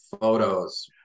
photos